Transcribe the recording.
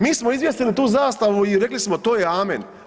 Mi smo izvjestili tu zastavu i rekli smo to je amen.